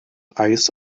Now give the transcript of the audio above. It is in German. eis